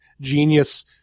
genius